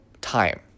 time